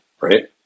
right